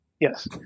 Yes